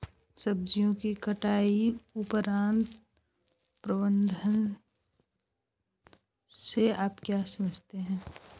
सब्जियों की कटाई उपरांत प्रबंधन से आप क्या समझते हैं?